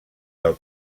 del